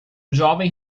jovem